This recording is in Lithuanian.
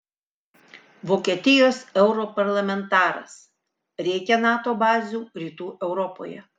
vokietijos europarlamentaras reikia nato bazių rytų europoje